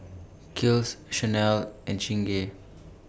Kiehl's Chanel and Chingay